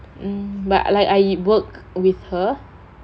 mm but like I work with her